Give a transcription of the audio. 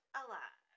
alive